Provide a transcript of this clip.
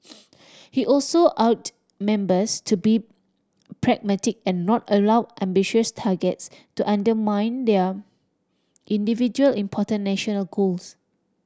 he also urged members to be pragmatic and not allow ambitious targets to undermine their individual important national goals